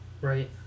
right